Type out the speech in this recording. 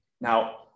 now